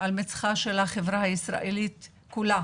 על מצחה של החברה הישראלית כולה,